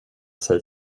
sig